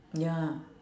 ya